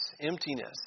emptiness